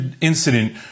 incident